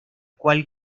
cual